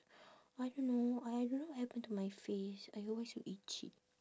I don't know uh I don't know what happen to my face I always so itchy